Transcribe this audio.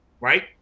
right